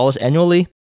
annually